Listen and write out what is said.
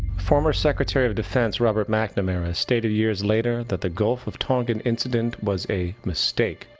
former secretary of defense robert mcnamara stated years later that the gulf of tonkin incident was a mistake,